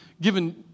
given